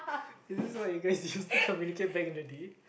is this what you guys use to communicate back in the day